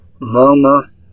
murmur